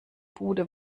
bude